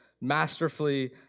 masterfully